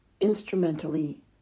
instrumentally